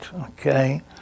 Okay